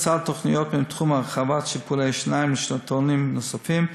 לצד תוכניות בתחום הרחבת טיפולי השיניים לשנתונים נוספים,